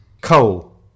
Coal